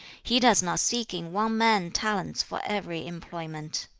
he does not seek in one man talents for every employment